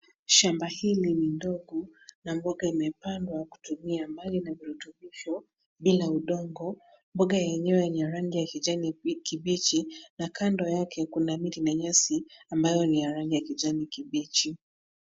Shamba hili ni ndogo na mboga imepandwa kutumia maji na virutubisho bila udongo. Mboga yenyewe ni ya rangi kijani kibichi na kando yake kuna miti na nyasi ambayo ni ya rangi kijani kibichi.